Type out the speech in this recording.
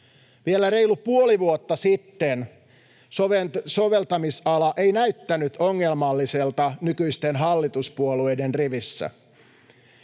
Vielä reilu puoli vuotta sitten soveltamisala ei näyttänyt ongelmalliselta nykyisten hallituspuolueiden rivissä.